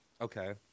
Okay